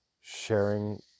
sharing